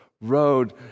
road